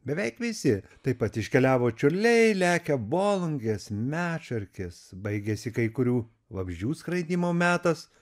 beveik visi taip pat iškeliavo čiurliai lekia bolungės medšarkės baigėsi kai kurių vabzdžių skraidymo metas